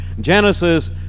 Genesis